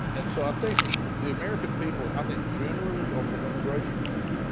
and so i think the american people i think generally are for immigration reform.